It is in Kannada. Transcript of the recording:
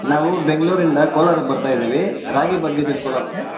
ನಾವು ಬೆಂಗಳೂರಿಂದ ಕೋಲಾರಕ್ಕೆ ಬರ್ತಾಯಿದ್ದೀವಿ ರಾಗಿ ಬಗ್ಗೆ ತಿಳ್ಕೊಳೋಕ್ಕೆ